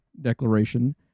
declaration